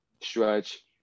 stretch